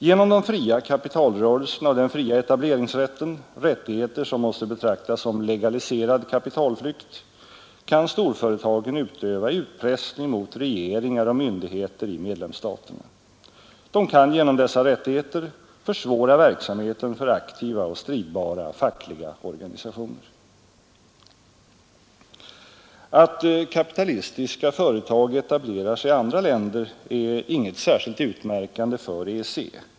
Genom de fria kapitalrörelserna och den fria etableringsrätten, rättigheter som måste betraktas som legaliserad kapitalflykt, kan storföretagen utöva utpressning mot regeringar och myndigheter i medlemsstaterna. De kan genom dessa rättigheter försvåra verksamheten för aktiva och stridbara fackliga Att kapitalistiska företag etablerar sig i andra länder är inget särskilt Nr 138 utmärkande för EEC.